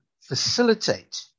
facilitate